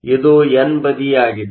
ಇದು ಎನ್ ಬದಿಯಾಗಿದೆ